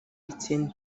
etienne